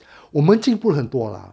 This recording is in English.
我们进步很多了